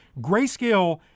Grayscale